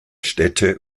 städte